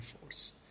force